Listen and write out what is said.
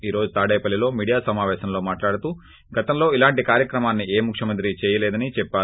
ఈ రోజు తాడేపల్లిలో మీడియా సమాపేశంలో మాట్లాడుతూ గతంలో ఇలాంటి కార్యక్రమాన్ని ఏ ముఖ్యమంత్రి చేయలేదని చెప్పారు